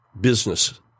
business